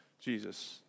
Jesus